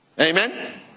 amen